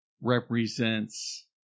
represents